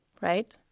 right